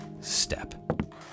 step